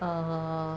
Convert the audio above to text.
uh